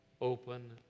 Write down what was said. open